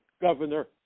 governor